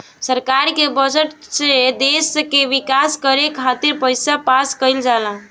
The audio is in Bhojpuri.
सरकार के बजट से देश के विकास करे खातिर पईसा पास कईल जाला